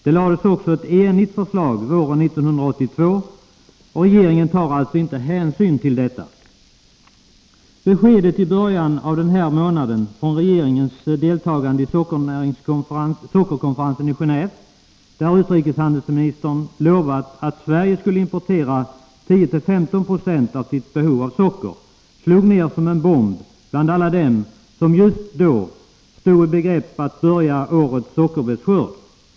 Det framlades också ett enigt förslag våren 1982. Regeringen tar alltså inte hänsyn till detta. Beskedet i början av månaden i samband med regeringens deltagande i sockerkonferensen i Genåve, där utrikeshandelsministern lovade att Sverige skulle importera 10-15 96 av sitt behov av socker, slog ned som en bomb bland alla dem som just då stod i begrepp att börja arbetet med årets sockerbetsskörd.